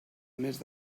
mes